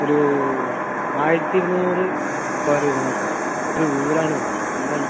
ഒരു ആയിരത്തി ഇരുന്നൂറ് സ്ക്വയർ ഇരുന്നോട്ടെ ഒര് വീട് അങ്ങോട്ട് വേണം എന്താണ്